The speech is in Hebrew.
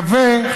ואני מקווה,